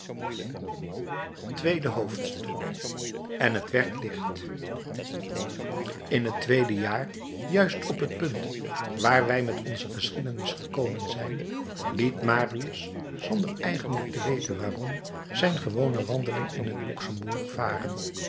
tweede hoofdstuk en t werd licht in het tweede jaar juist op het punt waar wij met onze geschiedenis gekomen zijn liet marius zonder eigenlijk te weten waarom zijn gewone wandeling in het luxemburg varen